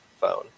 phone